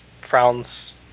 frowns